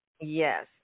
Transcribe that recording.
Yes